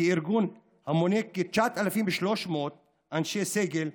כי ארגון המונה כ-9,300 אנשי סגל,